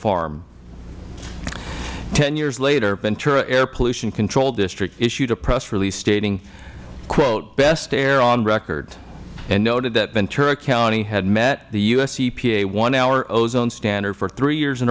farm ten years later the ventura air pollution control district issued a press release stating quote best air on record and noted that ventura county had met the u s epa one hour ozone standard for three years in